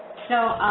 so,